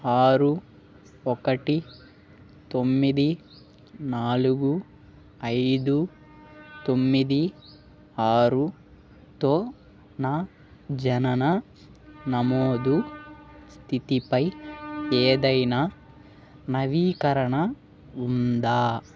ఆరు ఒకటి తొమ్మిది నాలుగు ఐదు తొమ్మిది ఆరుతో నా జనన నమోదు స్థితిపై ఏదైనా నవీకరణ ఉందా